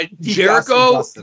Jericho